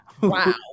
Wow